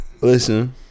Listen